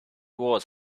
was